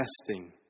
testing